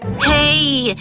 hey,